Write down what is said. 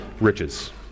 riches